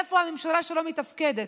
איפה הממשלה שלא מתפקדת?